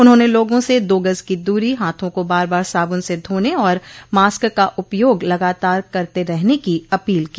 उन्होंने लोगों से दो गज की दूरी हाथों को बार बार साबुन से धोने और मास्क का उपयोग लगातार करते रहने की अपील की